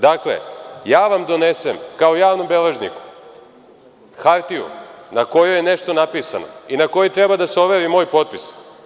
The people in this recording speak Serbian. Dakle, ja vam donesem kao javnom beležniku hartiju na kojoj je nešto napisano i na kojoj treba da se overi moj potpis.